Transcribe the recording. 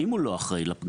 אם הוא לא אחראי לפגם